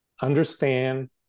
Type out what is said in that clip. understand